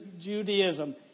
Judaism